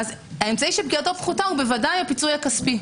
האמצעי שפגיעתו פחותה הוא ודאי הפיצוי הכספי.